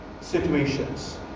situations